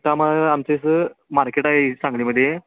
आमचं असं मार्केट आहे सांगलीमध्ये